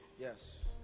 Yes